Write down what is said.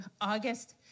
August